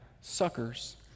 suckers